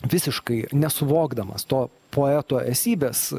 visiškai nesuvokdamas to poeto esybės